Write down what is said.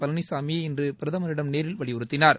பழனிச்சாமி இன்று பிரதமரிடம் நேரில் வலியுறுத்தினார்